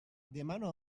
demano